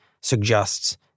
suggests